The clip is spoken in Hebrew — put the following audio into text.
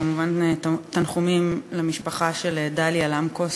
כמובן, תנחומים למשפחה של דליה למקוס,